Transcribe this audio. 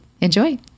Enjoy